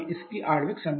तो यह एक इथेन आधारित है